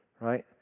right